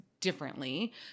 differently